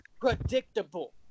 predictable